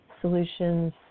solutions